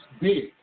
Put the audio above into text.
big